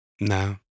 No